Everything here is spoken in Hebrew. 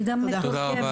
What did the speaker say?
תודה.